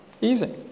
Easy